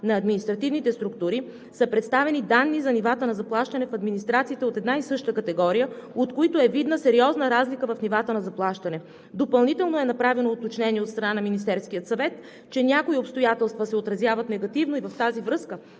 на административните структури“ са представени данни за нивата на заплащане в администрациите от една и съща категория, от които е видна сериозна разлика в нивата на заплащане. Допълнително е направено уточнение от страна на Министерския съвет, че някои обстоятелства се отразяват негативно, и в тази връзка